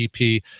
EP